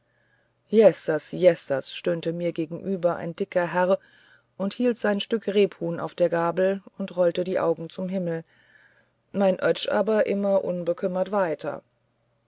jesses jesses stöhnte mir gegenüber ein dicker herr und hielt sein stück rebhuhn auf der gabel und rollte die augen zum himmel mein oetsch aber immer unbekümmert weiter